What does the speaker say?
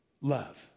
love